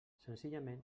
senzillament